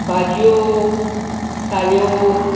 भाज्यो साल्यो